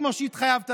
כמו שהתחייבת,